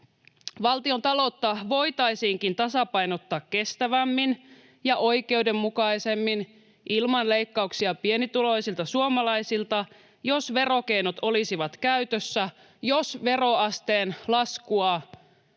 Valtiontaloutta voitaisiinkin tasapainottaa kestävämmin ja oikeudenmukaisemmin ilman leikkauksia pienituloisilta suomalaisilta, jos verokeinot olisivat käytössä, jos veroasteen laskua